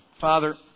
Father